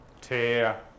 tear